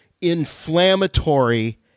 inflammatory